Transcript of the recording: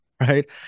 right